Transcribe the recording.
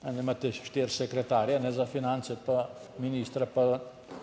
Zlahka. Imate štiri sekretarje za finance pa ministra, pa